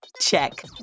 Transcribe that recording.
Check